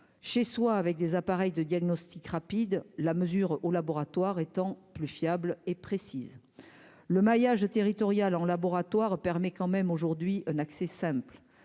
chez soi avec des appareils de diagnostic rapide la mesure au laboratoire étant plus fiable et précise le maillage territorial en laboratoire permet quand même aujourd'hui un accès simple